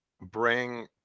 bring